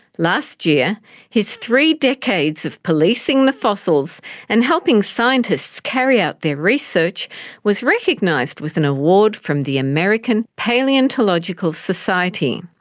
last year his three decades of policing the fossils and helping scientists carry out their research was recognised with an award from the american palaeontological society.